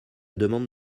demande